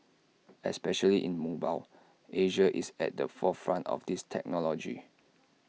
especially in mobile Asia is at the forefront of this technology